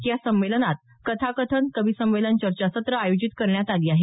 या संमेलनात कथाकथन कविसंमेलन चर्चा सत्रं आयोजित करण्यात आली आहेत